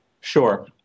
Sure